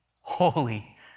holy